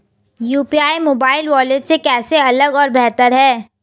UPI mobile wallet से कैसे अलग और बेहतर है?